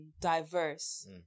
diverse